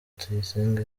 tuyisenge